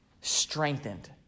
strengthened